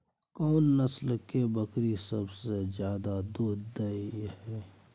कोन नस्ल के बकरी सबसे ज्यादा दूध दय हय?